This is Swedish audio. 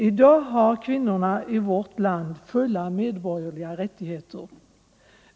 I dag har kvinnorna i vårt land fulla medborgerliga rättigheter.